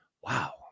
Wow